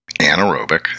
anaerobic